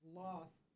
lost